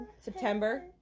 September